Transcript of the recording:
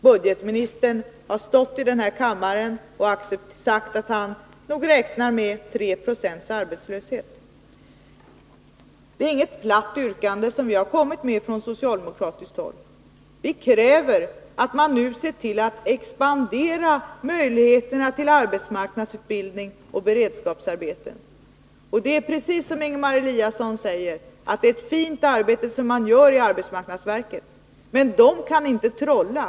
Budgetministern har stått här i riksdagen och sagt att han räknar med 3 20 arbetslöshet. Det är inget platt yrkande som vi har framställt från socialdemokratiskt håll. Vi kräver att man nu ser till att expandera möjligheterna till arbetsmarknadsutbildning och beredskapsarbete. Det är, precis som Ingemar Eliasson säger, ett fint arbete som man gör i arbetsmarknadsverket, men man kan inte trolla.